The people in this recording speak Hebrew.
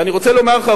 ואני רוצה לומר לך,